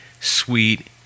sweet